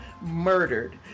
murdered